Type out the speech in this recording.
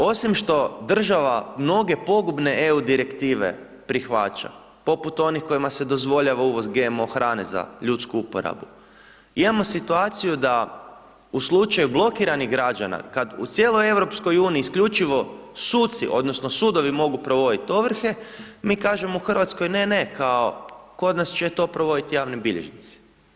Osim što, država, mnoge pogubne EU direktive prihvaća, poput onih kojima se dozvoljava GMO hrane za ljudsku uporabu, imamo situaciju da u slučaju blokiranih građana kad u cijeloj EU isključivo suci, odnosno sudovi mogu provoditi ovrhe, mi kažemo u Hrvatskoj ne, ne, kod nas će to provoditi javni bilježnici.